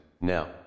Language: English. now